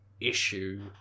issue